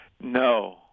No